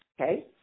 Okay